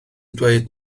dweud